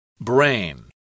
Brain